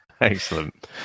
Excellent